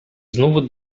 znów